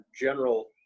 general